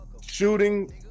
Shooting